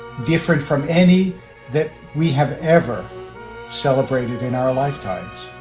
different from any that we have ever celebrated in our lifetimes.